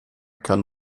kann